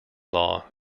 law